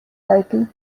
title